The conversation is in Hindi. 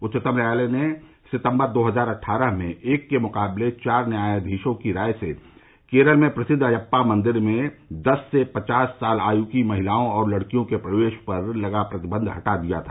उच्चतम न्यायालय ने सितम्बर दो हजार अट्ठारह में एक के मुकाबले चार न्यायाधीशों की राय से केरल में प्रसिद्व अयष्या मंदिर में दस से पचास साल आयु की महिलाओं और लड़कियों के प्रवेश पर लगा प्रतिबंध हटा दिया था